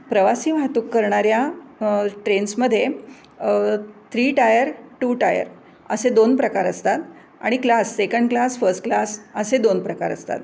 प्रवासी वाहतूक करणाऱ्या ट्रेन्समध्ये थ्री टायर टू टायर असे दोन प्रकार असतात आणि class second class first class असे दोन प्रकार असतात